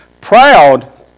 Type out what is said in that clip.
Proud